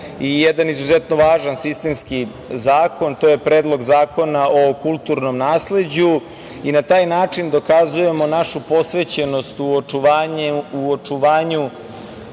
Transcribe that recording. i jedan izuzetno važan sistemski zakon, to je Predlog Zakona o kulturnom nasleđu i na taj način dokazujemo našu posvećenost u očuvanju